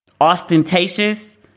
ostentatious